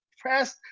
press